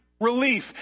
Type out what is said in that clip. relief